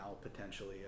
potentially